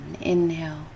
inhale